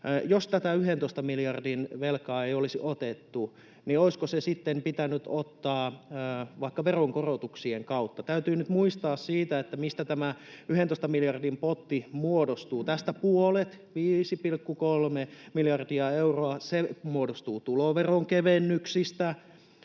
jos tätä 11 miljardin velkaa ei olisi otettu, niin olisiko se sitten pitänyt ottaa vaikka veronkorotuksien kautta. Täytyy nyt muistaa se, mistä tämä 11 miljardin potti muodostuu. Tästä puolet, 5,3 miljardia euroa, muodostuu tuloveron kevennyksistä,